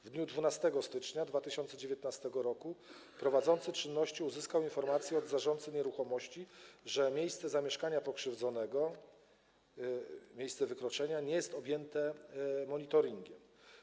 W dniu 12 stycznia 2019 r. prowadzący czynności uzyskał informację od zarządcy nieruchomości, że miejsce zamieszkania pokrzywdzonego, miejsce popełnienia wykroczenia nie jest objęte monitoringiem.